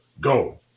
go